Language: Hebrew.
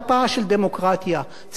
צריך לנהוג בה בקדושה,